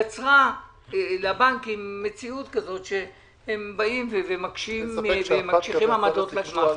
יצרה לבנקים מציאות כזו שהם מקשים ומקשיחים עמדות לגמ"חים.